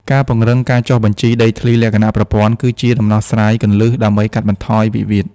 ការពង្រឹងការចុះបញ្ជីដីធ្លីលក្ខណៈប្រព័ន្ធ គឺជាដំណោះស្រាយគន្លឹះដើម្បីកាត់បន្ថយវិវាទ។